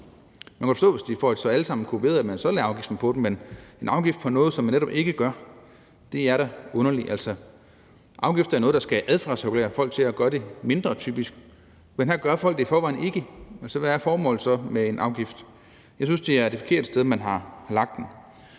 Man kunne forstå, hvis de så alle sammen kopierede, at man pålagde dem afgiften, men at lægge en afgift på noget, som man netop ikke gør, er da underligt. Afgifter er noget, der typisk skal adfærdsregulere folk til at gøre mindre af noget, men her gør folk det ikke i forvejen, så hvad er formålet med en afgift? Jeg synes, det er det forkerte sted, man har lagt